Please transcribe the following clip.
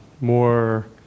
More